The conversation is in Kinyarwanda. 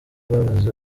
bibabaza